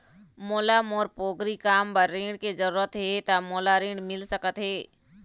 मोला मोर पोगरी काम बर ऋण के जरूरत हे ता मोला ऋण मिल सकत हे?